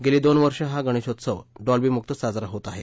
गेली दोन वर्ष हा गणेशोत्सव डॉल्बीमुक्त साजरा होतो आहे